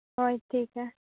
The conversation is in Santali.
ᱦᱳᱭ ᱴᱷᱤᱠ ᱜᱮᱭᱟ